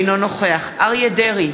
אינו נוכח אריה דרעי,